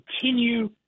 continue